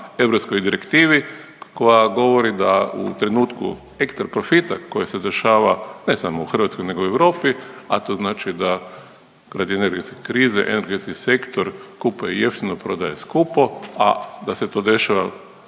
europskoj direktivi koja govori da u trenutku ekstra profita koji se dešava ne samo u Hrvatskoj nego i u Europi, a to znači radi energetske krize, energetski sektor kupuje jeftino, prodaje skupo, a da se to dešava